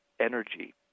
energy